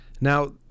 Now